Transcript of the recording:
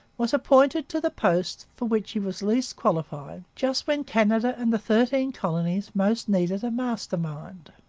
was appointed to the post for which he was least qualified just when canada and the thirteen colonies most needed a master mind.